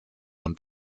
und